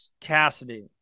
Cassidy